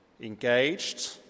engaged